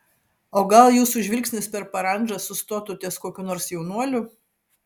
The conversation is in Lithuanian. o gal jūsų žvilgsnis per parandžą sustotų ties kokiu nors jaunuoliu